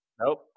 Nope